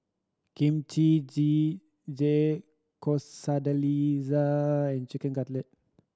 Kimchi Jjigae Quesadilla and Chicken Cutlet